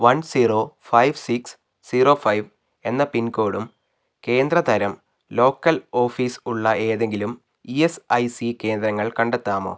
one zero five six zero five എന്ന പിൻകോഡും കേന്ദ്ര തരം ലോക്കൽ ഓഫീസ് ഉള്ള ഏതെങ്കിലും ഇ എസ് ഐ സി കേന്ദ്രങ്ങൾ കണ്ടെത്താമോ